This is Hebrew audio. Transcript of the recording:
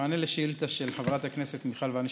במענה על השאילתה של חברת הכנסת מיכל וונש,